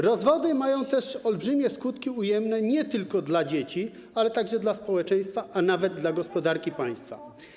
Rozwody mają olbrzymie skutki ujemne nie tylko dla dzieci, ale także dla społeczeństwa, a nawet dla gospodarki państwa.